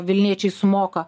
vilniečiai sumoka